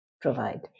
provide